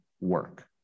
work